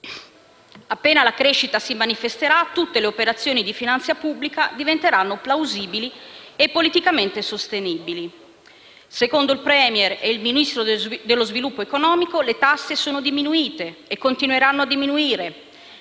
Appena la crescita si manifesterà, tutte le operazioni di finanza pubblica diventeranno plausibili e politicamente sostenibili. Secondo il *Premier* e Ministro dello sviluppo economico, le tasse sono diminuite e continueranno a farlo.